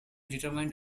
determined